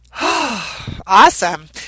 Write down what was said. Awesome